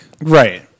Right